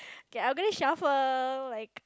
K I'm gonna shuffle like